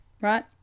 right